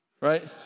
right